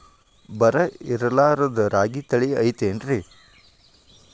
ಬರ ಇರಲಾರದ್ ರಾಗಿ ತಳಿ ಐತೇನ್ರಿ?